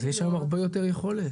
אז יש היום הרבה יותר יכולת.